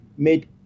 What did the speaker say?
made